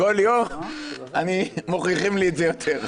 של המחלה קיים צורך מיידי וממשי בהסתייעות בשירות"